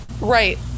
Right